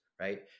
right